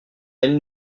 elle